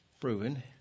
proven